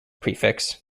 prefix